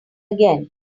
again